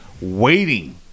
waiting